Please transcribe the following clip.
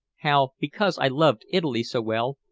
how, because i loved italy so well,